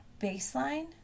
baseline